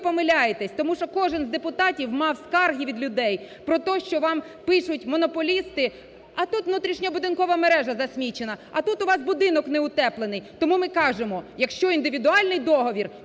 тому що кожен з депутатів мав скарги від людей про те, що вам пишуть монополісти: "А тут внутрішньо будинкова мережа засмічена. А тут у вас будинок не утеплений". Тому ми кажемо, якщо індивідуальний договір,